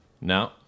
No